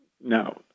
No